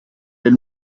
del